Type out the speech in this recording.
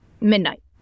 midnight